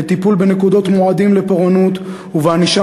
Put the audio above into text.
לטיפול בנקודות מועדות לפורענות ובענישה